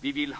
Vi vill